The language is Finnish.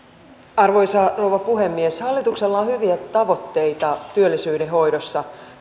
arvoisa rouva puhemies hallituksella on hyviä tavoitteita työllisyyden hoidossa